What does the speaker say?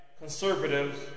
conservatives